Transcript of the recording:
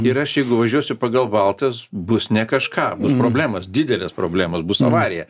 ir aš jeigu važiuosiu pagal baltas bus ne kažką bus problemos didelės problemos bus avarija